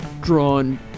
Drawn